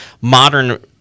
modern –